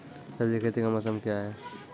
सब्जी खेती का मौसम क्या हैं?